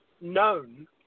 known